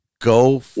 Go